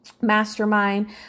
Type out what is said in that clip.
mastermind